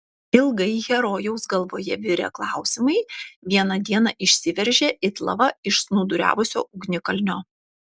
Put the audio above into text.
ilgai herojaus galvoje virę klausimai vieną dieną išsiveržė it lava iš snūduriavusio ugnikalnio